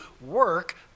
work